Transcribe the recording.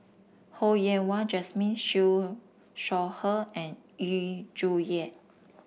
Ho Yen Wah Jesmine Siew Shaw Her and Yu Zhuye